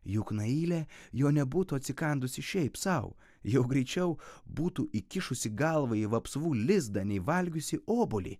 juk nailė jo nebūtų atsikandusi šiaip sau jau greičiau būtų įkišusi galvą į vapsvų lizdą nei valgiusi obuolį